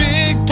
Big